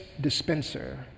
dispenser